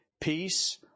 peace